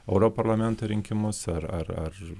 europarlamento rinkimus ar ar ar